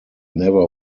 never